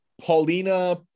Paulina